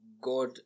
God